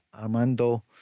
Armando